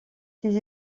ses